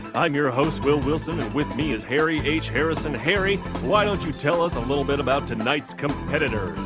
i'm your ah host, will wilson. and with me is harry h. harrison. harry, why don't you tell us a little bit about tonight's competitors?